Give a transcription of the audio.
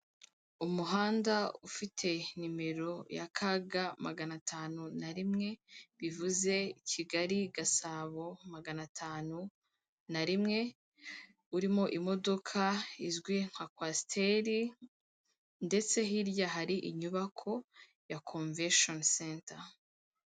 Umuhanda ufite nimero ya KG magana atanu na rimwe bivuze Kigali Gasabo magana atanu na rimwe, urimo imodoka izwi nka kwasiteri ndetse hirya hari inyubako ya Konvesheni senta.